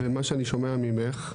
ומה שאני שומע ממך,